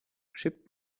shipped